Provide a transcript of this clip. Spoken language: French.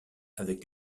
avec